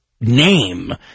name